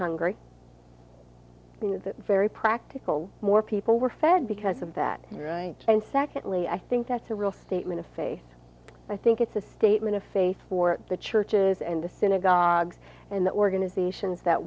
that very practical more people were fed because of that and secondly i think that's a real statement of faith i think it's a statement of faith for the churches and the synagogues and the organizations that